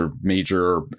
major